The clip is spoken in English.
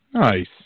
Nice